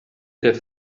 der